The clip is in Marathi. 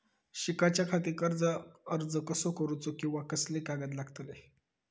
शिकाच्याखाती कर्ज अर्ज कसो करुचो कीवा कसले कागद लागतले?